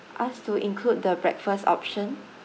us to include the breakfast option